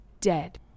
dead